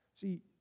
See